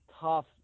tough